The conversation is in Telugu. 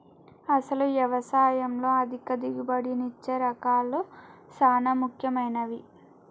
అసలు యవసాయంలో అధిక దిగుబడినిచ్చే రకాలు సాన ముఖ్యమైనవి